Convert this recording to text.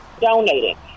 donating